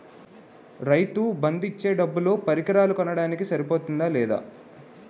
రైతు బందు ఇచ్చే డబ్బులు పరికరాలు కొనడానికి సరిపోతుందా లేదా?